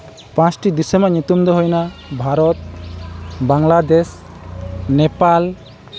ᱯᱟᱸᱪᱴᱤ ᱫᱤᱥᱚᱢ ᱨᱮᱭᱟᱜ ᱧᱩᱛᱩᱢ ᱫᱚ ᱦᱩᱭᱱᱟ ᱵᱷᱟᱨᱚᱛ ᱵᱟᱝᱞᱟᱫᱮᱥ ᱱᱮᱯᱟᱞ